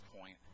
point